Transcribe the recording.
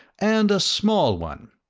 and a small one.